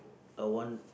I want